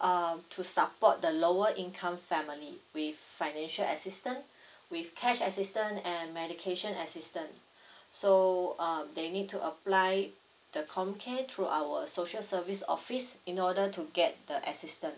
um to support the lower income family with financial assistance with cash assistant and medication assistant so uh they need to apply the com care through our social service office in order to get the assistant